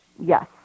Yes